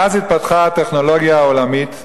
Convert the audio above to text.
מאז התפתחה הטכנולוגיה העולמית,